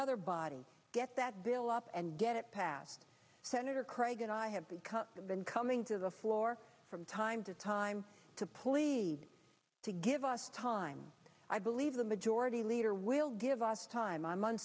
other body get that bill up and get it passed senator craig and i have become have been coming to the floor from time to time to plead to give us time i believe the majority leader will give us time i'm